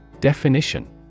Definition